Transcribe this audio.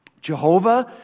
Jehovah